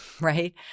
right